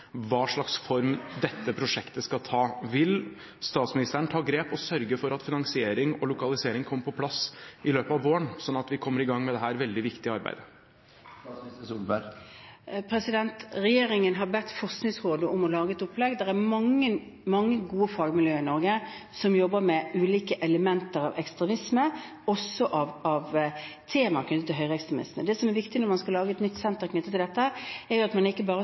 hva slags form dette prosjektet skal ta. Vil statsministeren ta grep og sørge for at finansiering og lokalisering kommer på plass i løpet av våren, sånn at vi kommer i gang med dette veldig viktige arbeidet? Regjeringen har bedt Forskningsrådet om å lage et opplegg. Det er mange gode fagmiljøer i Norge som jobber med ulike elementer av ekstremisme, også temaer knyttet til høyreekstremistene. Det som er viktig når man skal lage et nytt senter i forbindelse med dette, er at man ikke bare